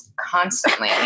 constantly